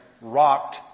rocked